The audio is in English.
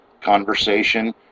conversation